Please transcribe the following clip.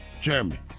Jeremy